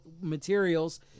materials